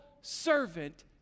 servant